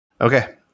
Okay